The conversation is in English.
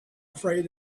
afraid